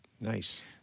Nice